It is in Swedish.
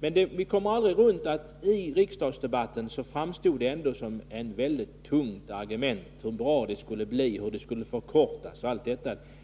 Men vi kommer aldrig ifrån att i riksdagsdebatten framstod det som ett tungt argument — hur bra det skulle bli, hur restiderna skulle förkortas. Man